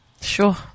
sure